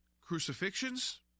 crucifixions